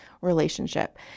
relationship